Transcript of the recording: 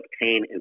obtain